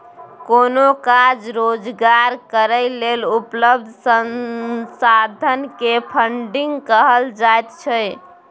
कोनो काज रोजगार करै लेल उपलब्ध संसाधन के फन्डिंग कहल जाइत छइ